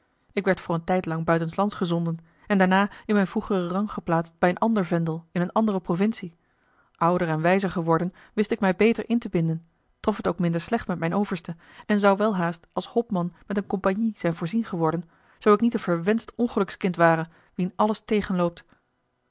ik werd voor een tijdlang buitenslands gezonden en daarna in mijn vroegeren rang geplaatst bij een ander vendel in eene andere provincie ouder en wijzer geworden wist ik mij beter in te binden trof het ook minder slecht met mijn overste en zou welhaast als hopman met eene compagnie zijn voorzien geworden zoo ik niet een verwenscht ongeluks kind ware wien alles